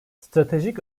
stratejik